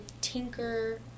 tinker